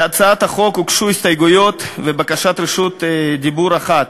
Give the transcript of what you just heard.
להצעת החוק הוגשו הסתייגויות ובקשת רשות דיבור אחת.